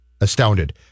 Astounded